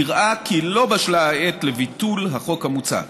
נראה כי לא בשלה העת לביטול החוק המוצע.